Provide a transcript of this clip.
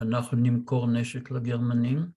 אנחנו נמכור נשק לגרמנים